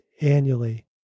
annually